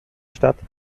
statt